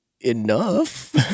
enough